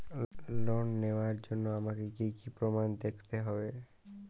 Loan নেওয়ার জন্য আমাকে কী কী প্রমাণ দেখতে হবে?